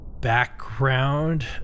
background